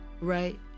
right